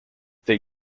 they